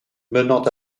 menant